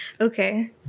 Okay